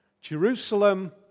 Jerusalem